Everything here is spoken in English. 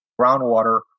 groundwater